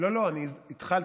כי, לא, אני התחלתי.